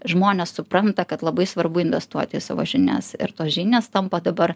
žmonės supranta kad labai svarbu investuot į savo žinias ir tos žinios tampa dabar